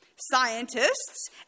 Scientists